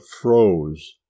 froze